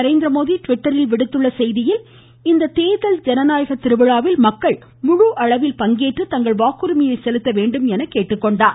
நரேந்திரமோடி ட்விட்டரில் விடுத்துள்ள செய்தியில் இத்தேர்தல் ஜனநாயகத் திருவிழாவில் மக்கள் முழு அளவில் பங்கேற்று தங்கள் வாக்குரிமையை செலுத்த வேண்டும் என கேட்டுக்கொண்டுள்ளார்